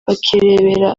bakirebera